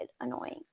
annoying